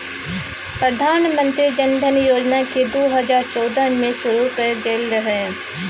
प्रधानमंत्री जनधन योजना केँ दु हजार चौदह मे शुरु कएल गेल रहय